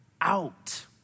out